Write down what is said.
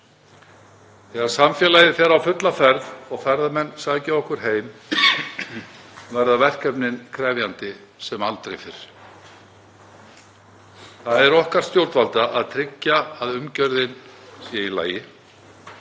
Þegar samfélagið fer á fulla ferð og ferðamenn sækja okkur heim verða verkefnin krefjandi sem aldrei fyrr. Það er okkar stjórnvalda að tryggja að umgjörðin sé í lagi,